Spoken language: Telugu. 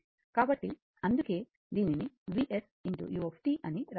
కాబట్టి అందుకే దీనిని Vsu అని వ్రాస్తారు